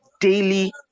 daily